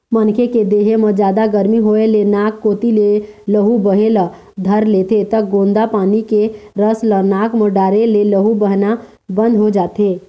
मनखे के देहे म जादा गरमी होए ले नाक कोती ले लहू बहे ल धर लेथे त गोंदा पाना के रस ल नाक म डारे ले लहू बहना बंद हो जाथे